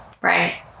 right